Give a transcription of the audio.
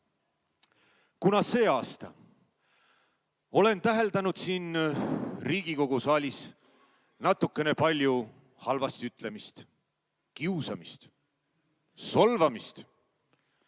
Kuna ma see aasta olen täheldanud siin Riigikogu saalis natukene palju halvasti ütlemist, kiusamist, solvamist,